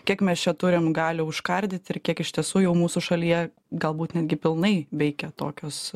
kiek mes čia turim galią užkardyt ir kiek iš tiesų jau mūsų šalyje galbūt netgi pilnai veikia tokios